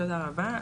תודה רבה.